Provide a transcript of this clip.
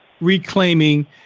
reclaiming